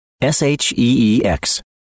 S-H-E-E-X